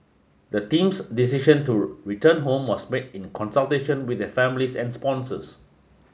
the team's decision to return home was made in consultation with their families and sponsors